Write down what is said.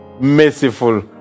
merciful